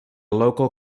local